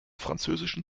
französischen